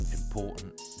important